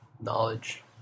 knowledge